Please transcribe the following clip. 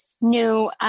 new